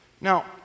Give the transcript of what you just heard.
Now